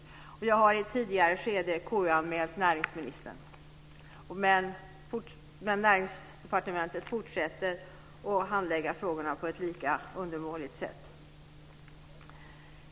Jag har i ett tidigare skede KU-anmält näringsministern. Men Näringsdepartementet fortsätter att handlägga frågorna på ett lika undermåligt sätt.